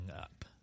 up